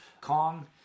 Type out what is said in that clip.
Kong